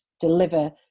deliver